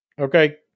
okay